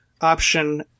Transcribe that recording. option